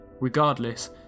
Regardless